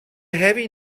heavy